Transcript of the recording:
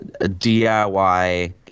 DIY